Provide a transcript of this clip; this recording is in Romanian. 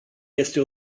este